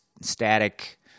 static